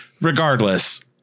regardless